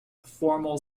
formal